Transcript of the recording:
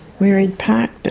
where he'd parked